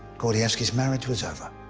gordievsky's marriage was over.